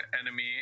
enemy